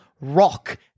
rock